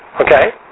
Okay